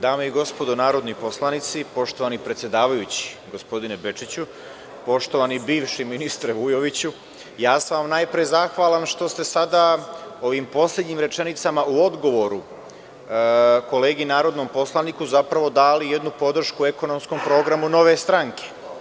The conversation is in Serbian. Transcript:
Dame i gospodo narodni poslanici, poštovani predsedavajući gospodine Bečiću, poštovani bivši ministre Vujoviću, ja sam vam najpre zahvalan što ste sada ovim poslednjim rečenicama u odgovoru kolegi narodnom poslaniku zapravo dali jednu podršku ekonomskom programu Nove stranke.